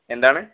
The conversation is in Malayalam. എന്താണ്